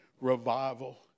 revival